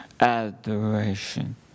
Adoration